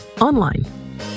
online